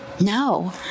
No